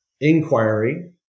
inquiry